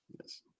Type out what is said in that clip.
Yes